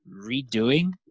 redoing